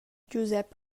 giusep